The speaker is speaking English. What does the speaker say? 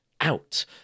out